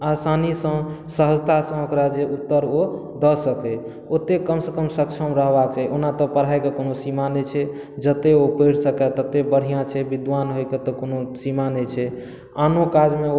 आसानी सँ सहजता सँ ओकरा जे उत्तर ओ दऽ सकै ओते कमसँ कम सक्षम रहबाक चाही ओना तऽ पढ़ाइ कऽ कोनो समय सीमा नहि छै जते ओ पढ़ि सकै तते बढ़िऑं छै विद्वान होइ के तऽ कोनो सीमा नहि छै आनो काज मे ओ